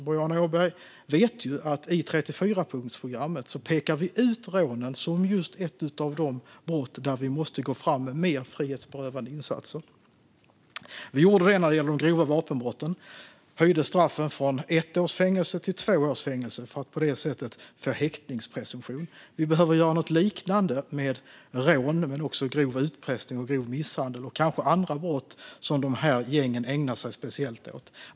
Boriana Åberg vet ju att vi i 34-punktsprogrammet pekar ut rånen som ett av de brott där vi måste gå fram med mer frihetsberövande insatser. Vi gjorde det när det gällde de grova vapenbrotten. Där höjde vi straffen från ett års fängelse till två års fängelse för att på det sättet få häktningspresumtion. Vi behöver göra något liknande med rån, men också grov utpressning, grov misshandel och kanske andra brott som dessa gäng ägnar sig speciellt åt.